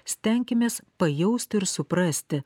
stenkimės pajausti ir suprasti